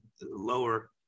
lower